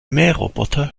mähroboter